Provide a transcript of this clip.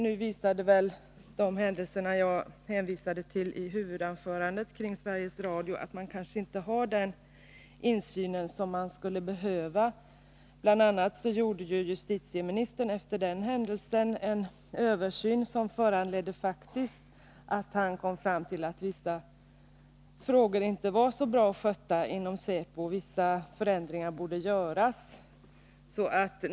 Nu visade väl de händelser kring Sveriges Radio som jag refererade till i mitt huvudanförande att man kanske inte har den insyn som man skulle behöva. Bl. a. gjorde justitieministern efter dessa händelser en översyn, som faktiskt medförde att han kom fram till att vissa frågor inte var så bra skötta inom säpo och att vissa förändringar borde göras.